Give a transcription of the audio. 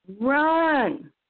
run